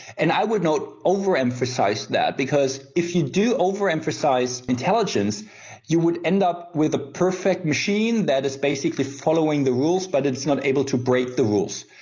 and i would not overemphasise that, because if you do overemphasise intelligence you would end up with a perfect machine that is basically following the rules but it's not able to break the rules.